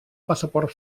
passaport